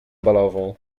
balową